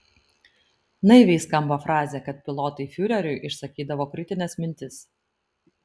naiviai skamba frazė kad pilotai fiureriui išsakydavo kritines mintis